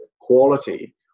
quality